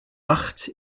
macht